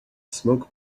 smoke